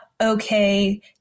okay